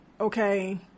okay